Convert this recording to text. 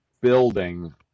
building